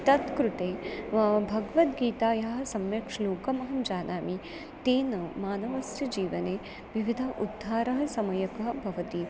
तत्कृते व भगवद्गीतायाः सम्यक् श्लोकमहं जानामि तेन मानवस्य जीवने विविधः उद्धारः समयः भवति